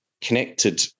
connected